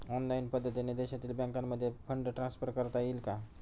Online पद्धतीने देशातील बँकांमध्ये फंड ट्रान्सफर करता येईल का?